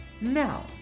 now